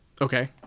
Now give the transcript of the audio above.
Okay